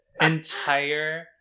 entire